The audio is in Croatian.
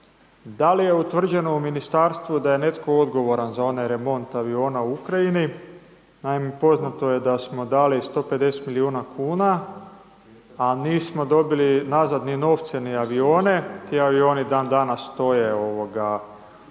da li je utvrđeno u ministarstvu da je netko odgovoran za onaj remont aviona u Ukrajini. Naime, poznato je da smo dali 150 milijuna kuna a nismo dobili nazad ni novce ni avione. Ti avioni dan danas stoje prizemljeni